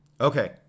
Okay